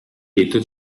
lieto